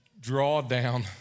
drawdown